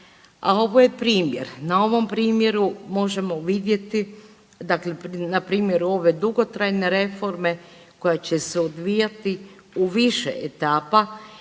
a ovo je primjer. Na ovom primjeru možemo vidjeti dakle na primjeru ove dugotrajne reforme koja će se odvijati u više etapa